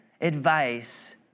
advice